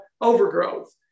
overgrowth